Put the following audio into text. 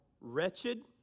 wretched